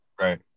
Right